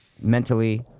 Mentally